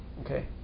Okay